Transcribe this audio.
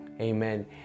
amen